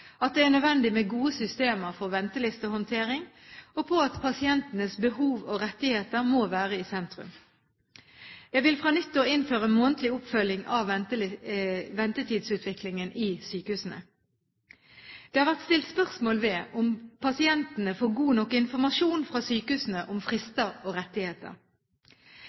at det er nødvendig med gode systemer for ventelistehåndtering, og på at pasientenes behov og rettigheter må være i sentrum. Jeg vil fra nyttår innføre månedlig oppfølging av ventetidsutviklingen i sykehusene. Det har vært stilt spørsmål ved om pasientene får god nok informasjon fra sykehusene om frister og rettigheter.